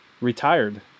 retired